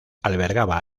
albergaba